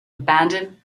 abandon